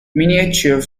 miniature